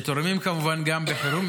שתורמים כמובן גם בחירום,